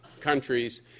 countries